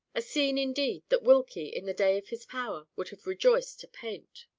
a scene indeed, that wilkie, in the day of his power, would have rejoiced to paint.